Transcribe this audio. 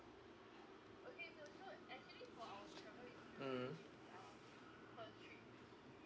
mmhmm